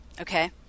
okay